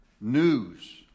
news